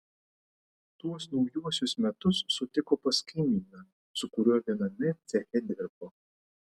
tuos naujuosius metus sutiko pas kaimyną su kuriuo viename ceche dirbo